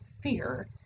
fear